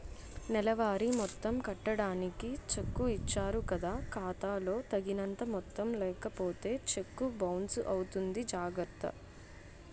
నెలవారీ మొత్తం కట్టడానికి చెక్కు ఇచ్చారు కదా ఖాతా లో తగినంత మొత్తం లేకపోతే చెక్కు బౌన్సు అవుతుంది జాగర్త